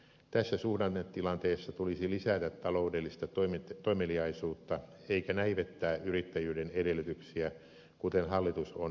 tässä suhdannetilanteessa tulisi lisätä taloudellista toimeliaisuutta eikä näivettää yrittäjyyden edellytyksiä kuten hallitus on nyt tekemässä